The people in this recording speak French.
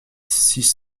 six